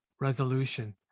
resolution